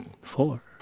four